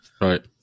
right